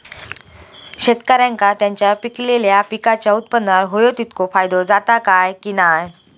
शेतकऱ्यांका त्यांचा पिकयलेल्या पीकांच्या उत्पन्नार होयो तितको फायदो जाता काय की नाय?